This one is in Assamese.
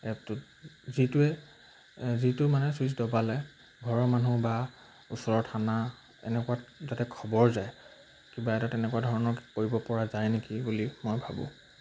এপটোত যিটোৱে যিটো মানে ছুইচ দবালে ঘৰৰ মানুহ বা ওচৰৰ থানা এনেকুৱাত যাতে খবৰ যায় কিবা এটা তেনেকুৱা ধৰণৰ কৰিব পৰা যায় নেকি বুলি মই ভাবোঁ